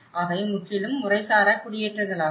அவை முற்றிலும் முறைசாரா குடியேற்றங்கள் ஆகும்